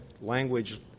language